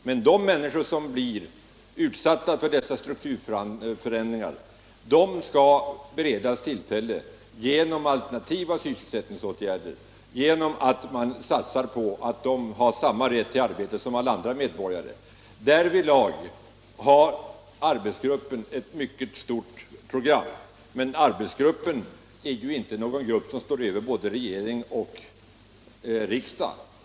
Men de människor som blir utsatta för dessa strukturförändringar skall beredas arbete genom alternativa sysselsättningsåtgärder. Man skall satsa på att de har samma rätt till arbete som andra medborgare. Därvidlag har arbetsgruppen ett mycket stort program, men arbetsgruppen är ju inte ett organ som står över regering och riksdag.